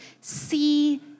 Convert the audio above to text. see